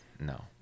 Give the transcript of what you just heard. No